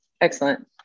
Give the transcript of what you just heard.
excellent